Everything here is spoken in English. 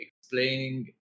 explaining